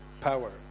power